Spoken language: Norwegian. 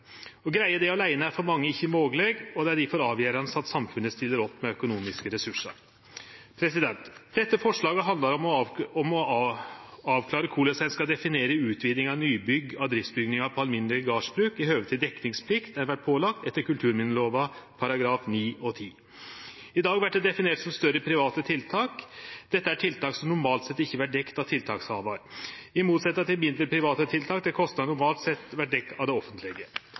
Å greie det åleine er for mange ikkje mogleg, og det er difor avgjerande at samfunnet stiller opp med økonomiske ressursar. Dette forslaget handlar om å avklare korleis ein skal definere utvidingar og nybygg av driftsbygningar på alminnelege gardsbruk i høve til dekningsplikt dei vert pålagde etter kulturminnelova §§ 9 og 10. I dag vert det definert som større private tiltak. Dette er tiltak som normalt sett ikkje vert dekte av tiltakshavar, i motsetnad til mindre, private tiltak, der kostnader normalt sett vert dekte av det offentlege.